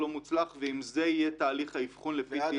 לא מוצלח ואם זה יהיה תהליך האבחון ל-PTSD.